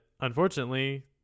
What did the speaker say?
unfortunately